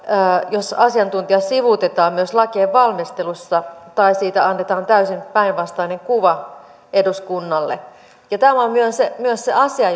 jos asiantuntija sivuutetaan myös lakien valmistelussa tai siitä annetaan täysin päinvastainen kuva eduskunnalle tämä on myös se myös se asia